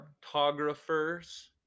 cartographers